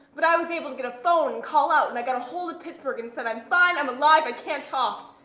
but i was able to get a phone and call out and i got ahold of pittsburg and said i'm fine, i'm alive, i can't talk,